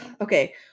okay